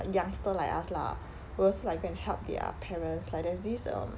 youngster like us lah will also like go and help their parents like there's this um